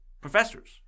professors